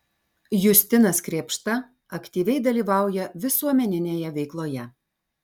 justinas krėpšta aktyviai dalyvauja visuomeninėje veikloje